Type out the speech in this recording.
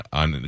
on